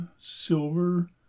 silver